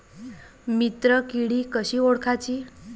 मित्र किडी कशी ओळखाची?